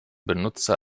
benutzer